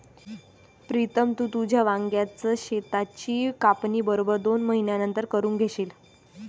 प्रीतम, तू तुझ्या वांग्याच शेताची कापणी बरोबर दोन महिन्यांनंतर करून घेशील